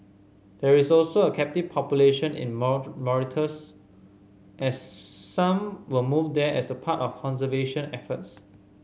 there is also a captive population in Mauritius as some were moved there as part of conservation efforts